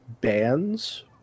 bands